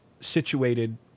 situated